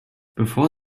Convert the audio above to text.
bevor